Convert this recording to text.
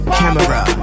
camera